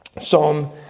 Psalm